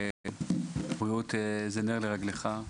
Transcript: נושא הבריאות הוא נר לרגליך.